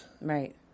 Right